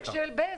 החלק של בזק.